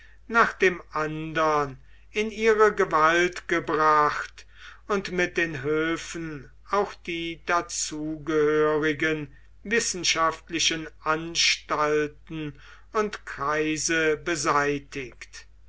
nach dem andern in ihre gewalt gebracht und mit den höfen auch die dazugehörigen wissenschaftlichen anstalten und kreise beseitigt